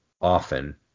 often